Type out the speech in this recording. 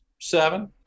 seven